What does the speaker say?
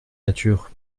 nature